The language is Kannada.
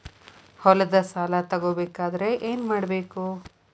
ಹೊಲದ ಸಾಲ ತಗೋಬೇಕಾದ್ರೆ ಏನ್ಮಾಡಬೇಕು?